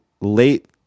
late